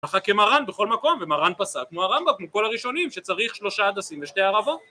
מחכה מרן בכל מקום, ומרן פסק כמו הרמב״ם, כמו כל הראשונים, שצריך שלושה הדסים ושתי ערבות